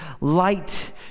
light